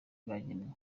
bwagenewe